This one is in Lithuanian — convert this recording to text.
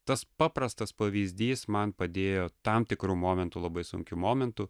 tas paprastas pavyzdys man padėjo tam tikru momentu labai sunkiu momentu